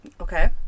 Okay